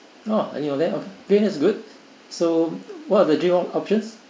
oh and your there drink is good so what are the drink options